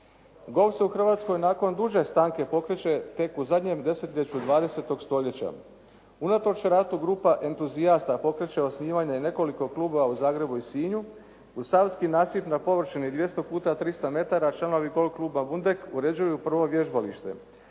Golf se u Hrvatskoj nakon duže stanke pokreće tek u zadnjem desetljeću 20. stoljeća. Unatoč ratu grupa entuzijasta pokreće osnivanje nekoliko klubova u Zagrebu i Sinju. Uz savski nasip 200x300 metara članovi golf kluba «Bundek» uređuju prvo vježbalište.